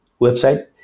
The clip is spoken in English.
website